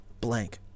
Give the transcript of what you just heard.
blank